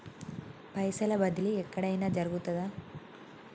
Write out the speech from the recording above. పైసల బదిలీ ఎక్కడయిన జరుగుతదా?